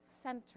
center